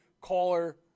caller